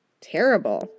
Terrible